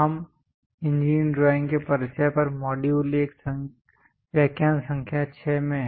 हम engineering drawing के परिचय पर मॉड्यूल 1 व्याख्यान संख्या 6 में हैं